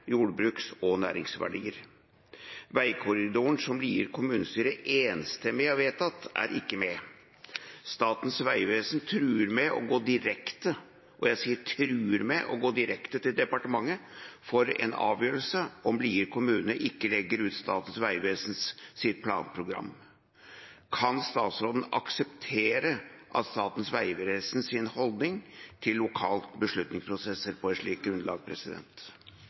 Vitbank- og Husebykorridoren – dette med betydelige konsekvenser for nasjonal og lokal kultur, jordbruk og næringsverdier. Vikerkorridoren som Lier kommunestyre har vedtatt, er ikke med. Statens vegvesen truer med å gå direkte til departementet for en avgjørelse om Lier kommune ikke legger ut Statens vegvesen sitt planprogram. Kan statsråden akseptere Statens vegvesen sin holdning til lokale beslutningsprosesser?»